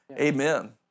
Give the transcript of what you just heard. Amen